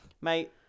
Mate